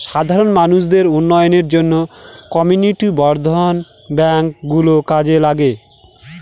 সাধারণ মানুষদের উন্নয়নের জন্য কমিউনিটি বর্ধন ব্যাঙ্ক গুলো কাজে লাগে